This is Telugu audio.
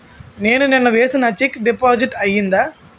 నేను నిన్న వేసిన చెక్ డిపాజిట్ అయిందా?